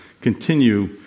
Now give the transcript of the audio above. continue